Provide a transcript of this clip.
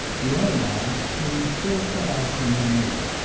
the old life seems so cut off from the new,